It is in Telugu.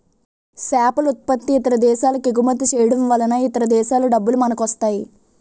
సేపలుత్పత్తి ఇతర దేశాలకెగుమతి చేయడంవలన ఇతర దేశాల డబ్బులు మనకొస్తాయి